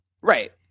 Right